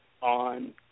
on